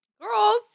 Girls